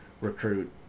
recruit